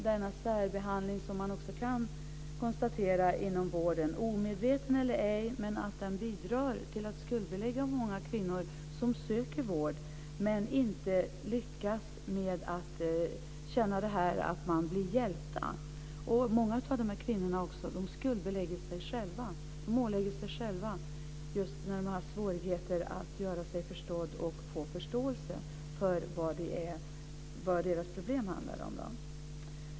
Den särbehandling som man kan konstatera - omedveten eller ej - inom vården bidrar till att skuldbelägga många kvinnor som söker vård men som inte lyckas bli hjälpta. Många av de här kvinnorna skuldbelägger sig själva när de har svårigheter att göra sig förstådda och få gehör för vad deras problem handlar om.